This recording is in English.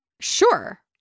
sure